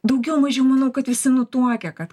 daugiau mažiau manau kad visi nutuokia kad